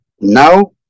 now